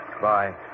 Bye